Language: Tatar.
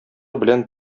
белән